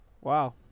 Wow